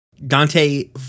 Dante